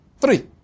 Three